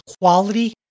quality